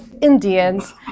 Indians